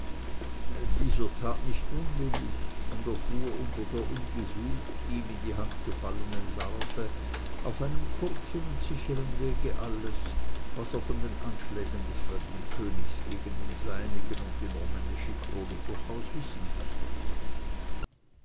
dieser tat nicht unwillig und erfuhr unter der ungesucht ihm in die hand gefallenen larve auf einem kurzen und sichern wege alles was er von den anschlägen des fremden königs gegen den seinigen und die normännische krone durchaus wissen mußte